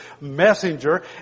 messenger